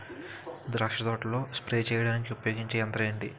ద్రాక్ష తోటలో స్ప్రే చేయడానికి ఉపయోగించే యంత్రం ఎంటి?